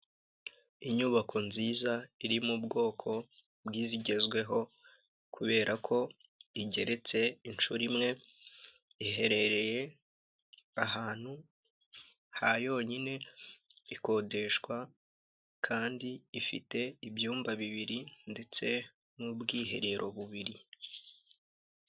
Inyubako nziza iri mu bwoko bw'izigezweho kubera ko igeretse inshuro imwe, iherereye ahantu ha yonyine, ikodeshwa kandi ifite ibyumba bibiri ndetse n'ubwiherero bubiri.